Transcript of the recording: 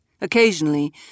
Occasionally